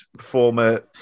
former